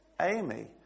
Amy